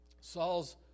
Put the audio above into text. Saul's